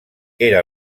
era